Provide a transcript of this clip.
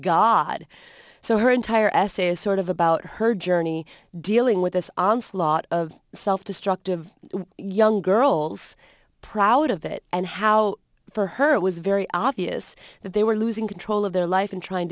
god so her entire essay is sort of about her journey dealing with this onslaught of self destructive young girls proud of it and how for her it was very obvious that they were losing control of their life and trying